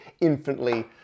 infinitely